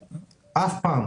פעם.